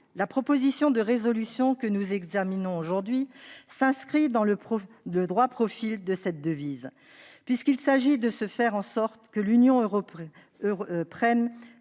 La proposition de résolution que nous examinons s'inscrit dans le droit fil de cette devise, puisqu'il s'agit de faire en sorte que l'Union européenne